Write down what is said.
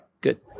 Good